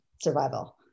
Survival